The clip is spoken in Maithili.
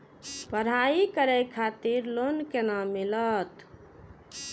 पढ़ाई करे खातिर लोन केना मिलत?